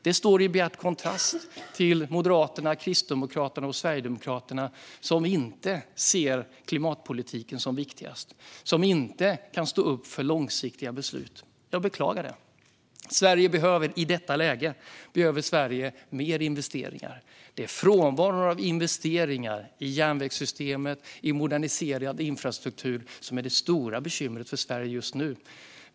Detta står i bjärt kontrast till Moderaterna, Kristdemokraterna och Sverigedemokraterna, som inte ser klimatpolitiken som viktigast och som inte kan stå upp för långsiktiga beslut. Jag beklagar det. Sverige behöver i detta läge mer investeringar. Det är frånvaron av investeringar i järnvägssystemet och moderniserad infrastruktur som är det stora bekymret för Sverige just nu.